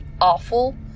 awful